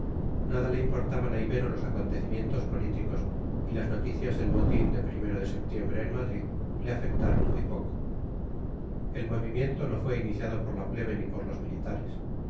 nada le importaban a ibero los acontecimientos políticos y las noticias del motín de o de septiembre en madrid le afectaron muy poco el movimiento no fue iniciado por la plebe ni por los militares